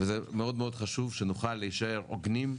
ומאוד חשוב שנוכל להישאר הוגנים.